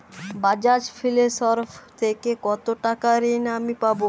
বাজাজ ফিন্সেরভ থেকে কতো টাকা ঋণ আমি পাবো?